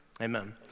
Amen